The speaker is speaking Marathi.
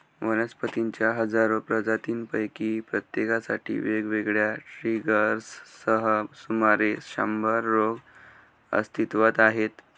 वनस्पतींच्या हजारो प्रजातींपैकी प्रत्येकासाठी वेगवेगळ्या ट्रिगर्ससह सुमारे शंभर रोग अस्तित्वात आहेत